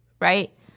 right